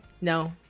No